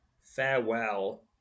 farewell